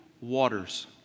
waters